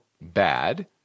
bad